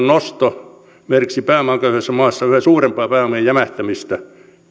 nosto merkitsisi pääomaköyhässä maassa yhä suurempaa pääomien jämähtämistä